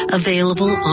available